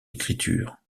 écriture